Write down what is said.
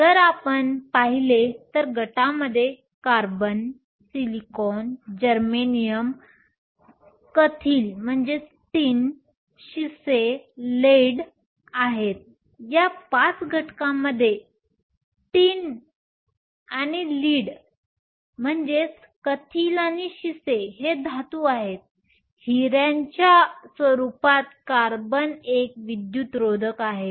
जर आपण पाहिले तर गटामध्ये कार्बन सिलिकॉन जर्मेनियम कथील आणि शिसे आहेत या पाच घटकांपैकी कथील आणि शिसे हे धातू आहेत हिऱ्याच्या डायमंडच्या स्वरूपात कार्बन एक विद्युतरोधक आहे